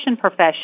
profession